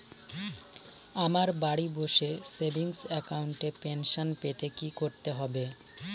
আমায় বাড়ি বসে সেভিংস অ্যাকাউন্টে পেনশন পেতে কি কি করতে হবে?